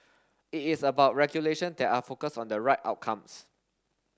it is about regulation that are focused on the right outcomes